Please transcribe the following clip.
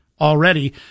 already